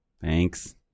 Thanks